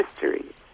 history